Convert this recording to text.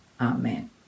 Amen